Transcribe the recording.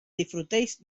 disfrutéis